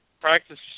practice